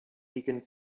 liegen